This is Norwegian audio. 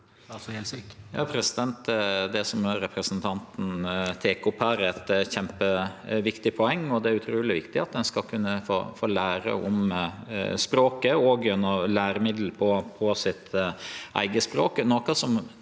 Det som re- presentanten tek opp her, er eit kjempeviktig poeng, og det er utruleg viktig at ein skal kunne få lære om språket, òg gjennom læremiddel på sitt eige språk.